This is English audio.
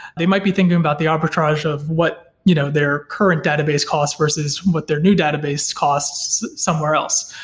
they might be thinking about the arbitrage of what you know their current database cost, versus what their new database costs somewhere else.